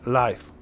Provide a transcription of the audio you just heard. life